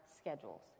schedules